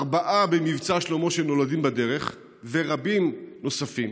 ארבעה במבצע שלמה שנולדים בדרך ורבים נוספים,